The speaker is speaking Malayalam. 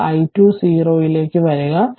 ഇപ്പോൾ i2 0 ലേക്ക് വരിക